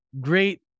great